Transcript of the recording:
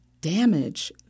damage